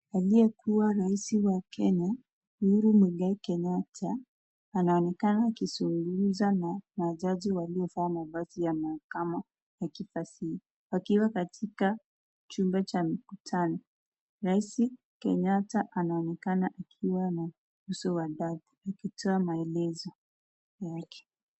Aliyekuwa Rais wa Kenya, Uhuru Muigai Kenyatta anaonekana akizungumza na majaji waliovaa mavazi ya mahakama wakiwa katika chumba cha makutano. Rais Kenyatta anaonekana akiwa na uso wa dhati akitoa maelezo yake.